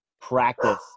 practice